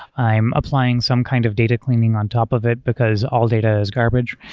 i'm applying some kind of data cleaning on top of it, because all data is garbage,